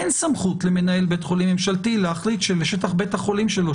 אין סמכות למנהל בית חולים ממשלתי להחליט שבשטח בית החולים שלו,